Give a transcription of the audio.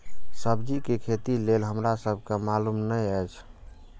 सब्जी के खेती लेल हमरा सब के मालुम न एछ?